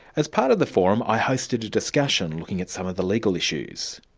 as part of the forum i hosted a discussion looking at some of the legal issues.